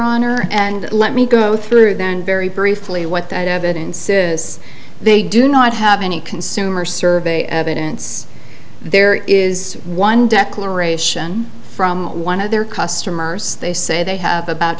honor and let me go through them very briefly what that evidence is they do not have any consumer survey evidence there is one declaration from one of their customers say they have about